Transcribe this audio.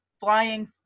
flying